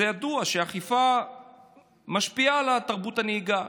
זה ידוע שאכיפה משפיעה על תרבות הנהיגה.